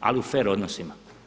ali u fer odnosima.